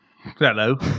Hello